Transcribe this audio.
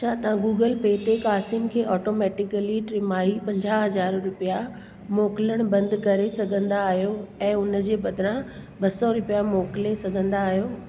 छा तवां Google Pay ते कासिम खे ऑटोमैटिकली टीमाही पंजाह हज़ार रुपिया मोकिलण बंदि करे सघंदा आहियो ऐं इन जे बदिरां ॿ सौ रुपिया मोकिले सघंदा आहियो